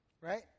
right